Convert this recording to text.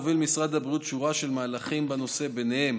הוביל משרד הבריאות שורה של מהלכים בנושא,